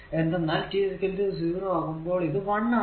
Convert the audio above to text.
എന്തെന്നാൽ t 0 ആകുമ്പോൾ ഇത് 1 ആണ്